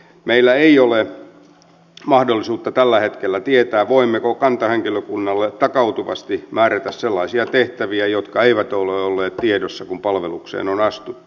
meillä ei ole mahdollisuutta tällä hetkellä tietää voimmeko kantahenkilökunnalle takautuvasti määrätä sellaisia tehtäviä jotka eivät ole olleet tiedossa kun palvelukseen on astuttu